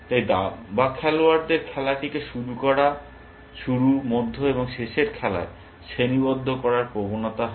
তাই দাবা খেলোয়াড়দের খেলাটিকে শুরু মধ্য এবং শেষের খেলায় শ্রেণীবদ্ধ করার প্রবণতা হয়